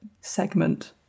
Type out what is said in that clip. segment